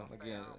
again